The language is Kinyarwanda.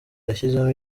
yashyizemo